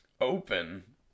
open